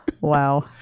Wow